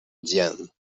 diane